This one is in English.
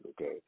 okay